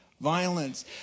violence